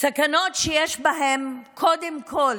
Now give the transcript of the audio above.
סכנות שיש בהן, קודם כול,